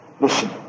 Listen